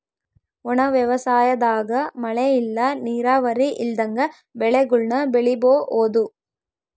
ಒಣ ವ್ಯವಸಾಯದಾಗ ಮಳೆ ಇಲ್ಲ ನೀರಾವರಿ ಇಲ್ದಂಗ ಬೆಳೆಗುಳ್ನ ಬೆಳಿಬೋಒದು